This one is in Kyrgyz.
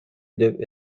деп